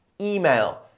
email